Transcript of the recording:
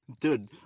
dude